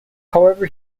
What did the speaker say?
however